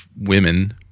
women